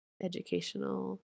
educational